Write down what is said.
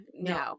No